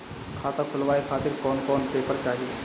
खाता खुलवाए खातिर कौन कौन पेपर चाहीं?